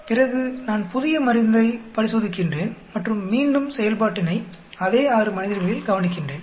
பிறகு நான் புதிய மருந்தைப் பரிசோதிக்கின்றேன் மற்றும் மீண்டும் செயல்பாட்டினை அதே 6 மனிதர்களில் கவனிக்கின்றேன்